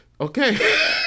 Okay